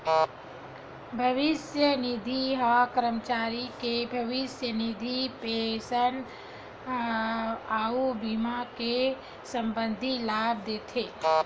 भविस्य निधि ह करमचारी के भविस्य निधि, पेंसन अउ बीमा ले संबंधित लाभ देथे